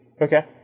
Okay